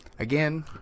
Again